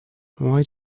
why